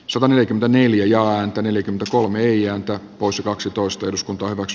sataneljäkymmentäneljä ääntä eli kolme ian tai kuusi kaksitoista eduskuntaan vox